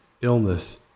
illness